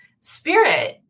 spirit